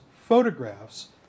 photographs